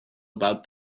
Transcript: about